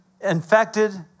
infected